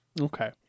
Okay